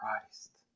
Christ